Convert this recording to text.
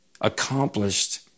accomplished